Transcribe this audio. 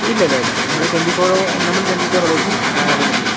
ഇല്ല ഇല്ല ഇല്ല നമ്മൾ ട്വൻറ്റി ഫോർ നമ്മൾ ട്വൻറ്റി ഫോർ ഹവേഴ്സും അവൈലബിൾ ആണ്